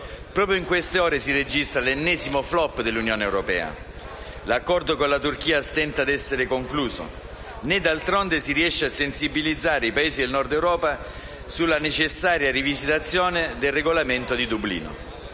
Proprio in queste ore si registra l'ennesimo *flop* dell'Unione europea; l'accordo con la Turchia stenta ad essere concluso; né, d'altronde, si riesce a sensibilizzare i Paesi nel Nord Europa sulla necessaria rivisitazione del regolamento di Dublino.